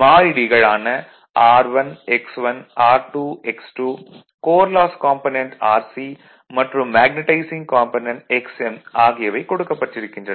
மாறிலிகள் ஆன R1 X1 R2 X2 core loss component RC மற்றும் மேக்னடைசிங் காம்பனென்ட் Xm ஆகியவை கொடுக்கப்பட்டிருக்கின்றன